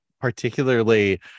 particularly